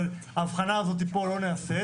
אבל ההבחנה הזאת פה לא נעשית